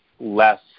less